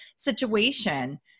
situation